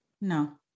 no